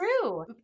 true